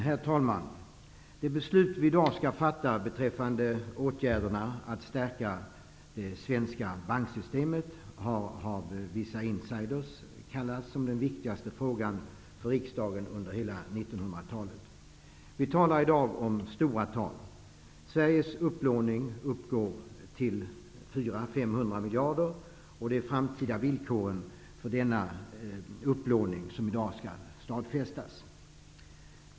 Herr talman! Det beslut vi i dag skall fatta beträffande åtgärderna att stärka det svenska banksystemet har av vissa ''insiders'' kallats för den viktigaste frågan för riksdagen under hela 1900 talet. Vi diskuterar i dag stora tal. Sveriges upplåning uppgår till 400--500 miljarder kronor. Det är de framtida villkoren för denna upplåning som skall stadfästas i dag.